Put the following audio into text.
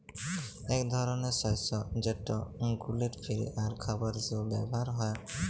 ইক ধরলের শস্য যেট গ্লুটেল ফিরি আর খাবার হিসাবে ব্যাভার হ্যয়